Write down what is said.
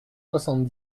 soixante